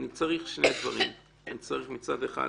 שאני צריך שני דברים: מצד אחד,